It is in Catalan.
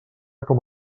com